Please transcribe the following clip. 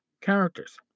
characters